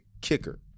kicker